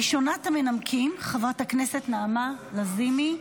ראשונת המנמקים, חברת הכנסת נעמה לזימי.